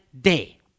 day